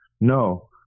no